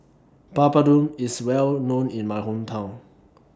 Papadum IS Well known in My Hometown